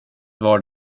var